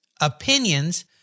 opinions